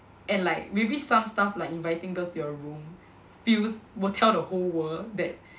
and like maybe some stuff like inviting girls to your room feels will tell the whole world that